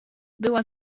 była